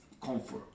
comfort